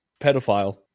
pedophile